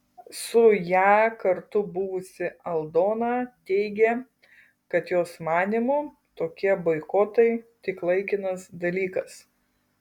su ja kartu buvusi aldona teigė kad jos manymu tokie boikotai tik laikinas dalykas